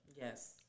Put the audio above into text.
Yes